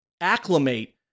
acclimate